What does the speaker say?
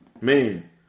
man